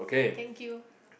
thank you